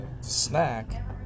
snack